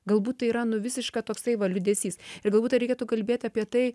galbūt tai yra nu visiška toksai va liūdesys ir galbūt reikėtų kalbėti apie tai